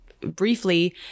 briefly